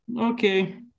Okay